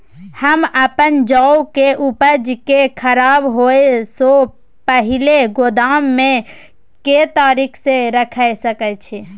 हम अपन जौ के उपज के खराब होय सो पहिले गोदाम में के तरीका से रैख सके छी?